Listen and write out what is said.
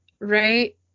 right